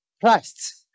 Christ